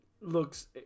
looks